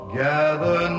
gather